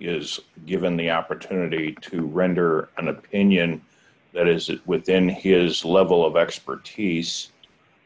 is given the opportunity to render an opinion that is within his level of expertise